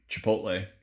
Chipotle